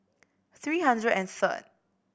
three hundred and third